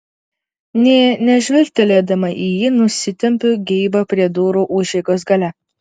nė nežvilgtelėdama į jį nusitempiu geibą prie durų užeigos gale